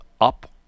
up